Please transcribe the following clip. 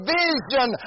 vision